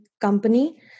company